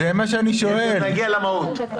אנחנו נגיע למהות.